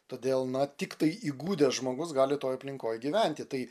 todėl na tiktai įgudęs žmogus gali toj aplinkoj gyventi tai